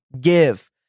Give